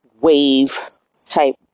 wave-type